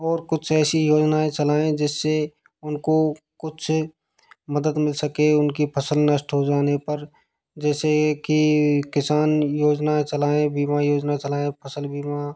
और कुछ ऐसी योजनाएं चलाएं जिससे उनको कुछ मदद मिल सके उनकी फ़सल नष्ट हो जाने पर जैसे कि किसान योजना चलाएं बीमा योजना चलाएं फ़सल बीमा